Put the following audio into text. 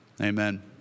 Amen